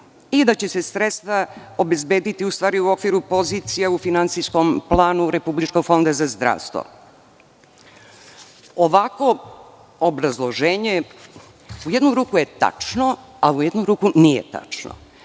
i da će se sredstva obezbediti u okviru pozicija u finansijskom planu republičkog fonda za zdravstvo. Ovakvo obrazloženje u jednu ruku je tačno, a u jednu ruku nije tačno. Naime,